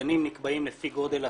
הסגנים נקבעים לפי גודל הסיעות.